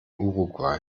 uruguay